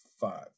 five